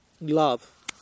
Love